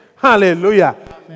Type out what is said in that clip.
Hallelujah